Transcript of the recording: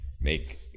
make